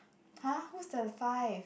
!huh! who's the five